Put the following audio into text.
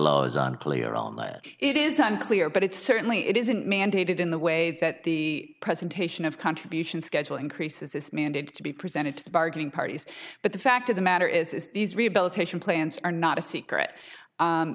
laws unclear on that it is unclear but it certainly it isn't mandated in the way that the presentation of contribution schedule increases this managed to be presented to the bargaining parties but the fact of the matter is these rehabilitation plans are not a secret